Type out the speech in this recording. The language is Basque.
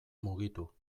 mugitu